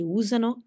usano